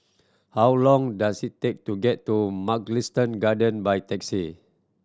how long does it take to get to Mugliston Garden by taxi